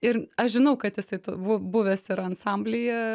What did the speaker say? ir n aš žinau kad jis t bu buvęs yra ansamblyje